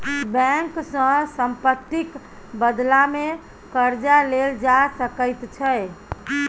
bank सँ सम्पत्तिक बदलामे कर्जा लेल जा सकैत छै